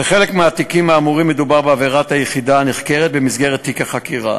בחלק מהתיקים האמורים מדובר בעבירה היחידה הנחקרת במסגרת תיק החקירה,